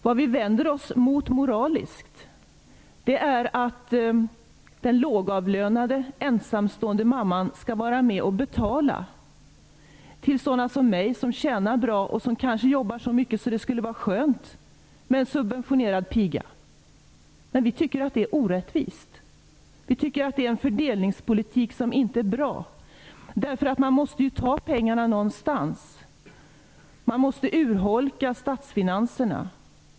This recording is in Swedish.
Vad vi vänder oss mot moraliskt är att den lågavlönade ensamstående mamman skall vara med och betala till sådana som mig som tjänar bra och som kanske jobbar så mycket att det skulle vara skönt med en subventionerad piga. Men vi tycker att det är orättvist. Vi tycker att det är en fördelningspolitik som inte är bra. Man måste ju ta pengarna någonstans. Man måste urholka statsfinanserna.